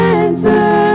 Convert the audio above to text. answer